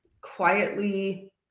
quietly